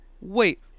wait